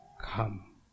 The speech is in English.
come